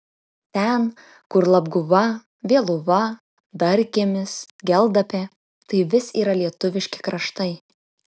ten kur labguva vėluva darkiemis geldapė tai vis yra lietuviški kraštai